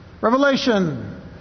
Revelation